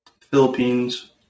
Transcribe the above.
Philippines